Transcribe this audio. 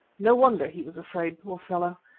no wonder he was afraid, poor fellow,